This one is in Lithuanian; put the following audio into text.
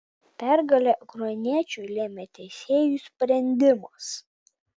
pergalę ukrainiečiui lėmė teisėjų sprendimas